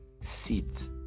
sit